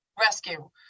rescue